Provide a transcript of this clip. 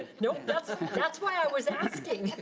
nope, that's ah that's why i was asking.